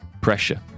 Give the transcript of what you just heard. pressure